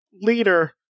leader